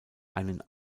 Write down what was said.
einen